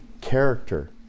character